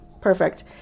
perfect